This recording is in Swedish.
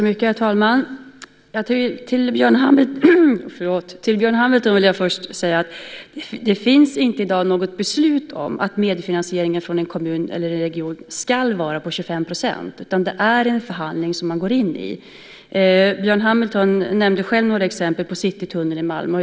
Herr talman! Till Björn Hamilton vill jag först säga att det i dag inte finns något beslut om att medfinansieringen från en kommun eller en region ska vara på 25 %, utan det är en förhandling som man går in i. Björn Hamilton nämnde själv några exempel, som Citytunneln i Malmö.